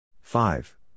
Five